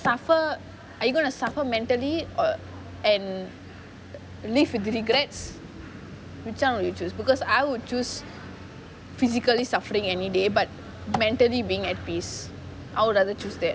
suffer are you going to suffer mentally and live with regrets which one will you choose because I will choose physically suffering anyday but mentally being active I'll rather choose that